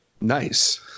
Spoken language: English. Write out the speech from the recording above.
Nice